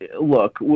look